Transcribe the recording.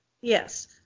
Yes